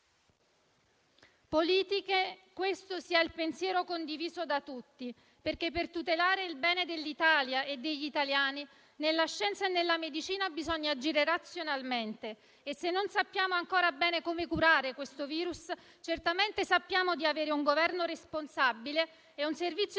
che questo sia il pensiero condiviso da tutti, perché per tutelare il bene dell'Italia e degli italiani nella scienza e nella medicina bisogna agire razionalmente. E, se non sappiamo ancora bene come curare questo virus, certamente sappiamo di avere un Governo responsabile e un Servizio